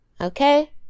okay